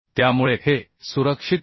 त्यामुळे हे सुरक्षित आहे